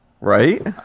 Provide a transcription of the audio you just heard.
Right